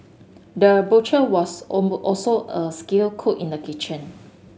the butcher was also a skilled cook in the kitchen